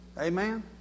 Amen